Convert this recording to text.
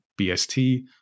BST